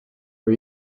for